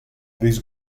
this